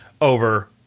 over